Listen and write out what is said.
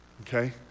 Okay